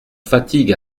fatigue